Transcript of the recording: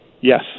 Yes